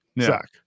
Zach